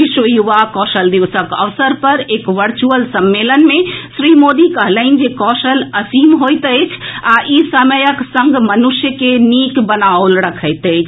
विश्व युवा कौशल दिवसक अवसर पर एक वर्चुअल सम्मेलन मे श्री मोदी कहलनि जे कौशल असीम होइत अछि आ ई समयक संग मनुष्य के नीक बनाओल रखैत अछि